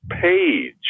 page